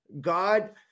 God